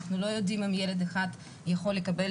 אנחנו לא יודעים אם ילד אחד יכול לקבל